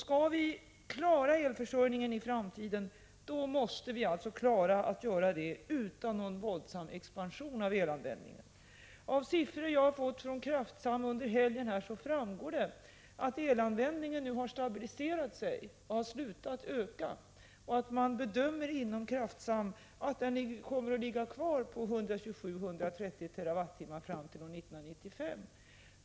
Skall vi klara elförsörjningen för Sverige måste vi göra det utan någon våldsam expansion av elanvändningen. Av siffror som jag har fått från Kraftsam under helgen framgår, att elanvändningen har stabiliserat sig och slutat öka. Man bedömer inom Kraftsam att den kommer att ligga kvar på 127—130 TWh fram till år 1995.